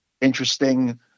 interesting